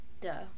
Duh